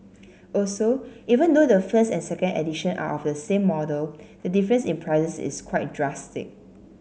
also even though the first and second edition are of the same model the difference in prices is quite drastic